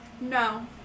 No